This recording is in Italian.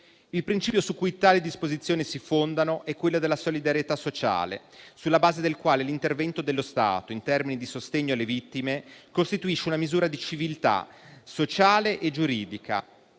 Il principio su cui tali disposizioni si fondano è quello della solidarietà sociale, sulla base del quale l'intervento dello Stato in termini di sostegno alle vittime costituisce una misura di civiltà sociale e giuridica,